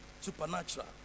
supernatural